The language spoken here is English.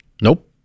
Nope